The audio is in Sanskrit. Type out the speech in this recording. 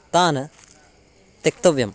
तान् त्यक्तव्यम्